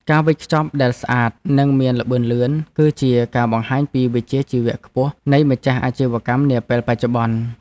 ការវេចខ្ចប់ដែលស្អាតនិងមានល្បឿនលឿន គឺជាការបង្ហាញពីវិជ្ជាជីវៈខ្ពស់នៃម្ចាស់អាជីវកម្មនាពេលបច្ចុប្បន្ន។